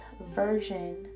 version